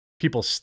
people